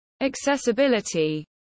accessibility